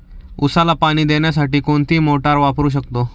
उसाला पाणी देण्यासाठी कोणती मोटार वापरू शकतो?